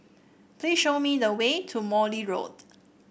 please show me the way to Morley Road